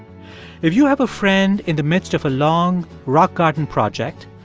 if you have a friend in the midst of a long rock garden project,